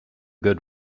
good